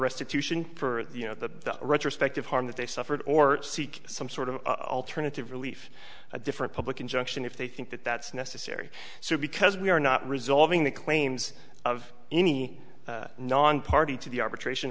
restitution for the you know the retrospective harm that they suffered or to seek some sort of alternative relief a different public injunction if they think that that's necessary so because we are not resolving the claims of any nonparty to the arbitration